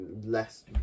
less